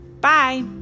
bye